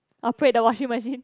operate the washing machine